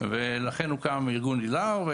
לכן הוקם ארגון איל"ר.